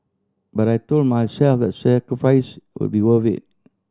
but I told myself sacrifice would be worth it